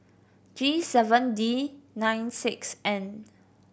G seven D nine six N